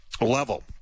level